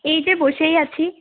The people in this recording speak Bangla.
এই যে বসেই আছি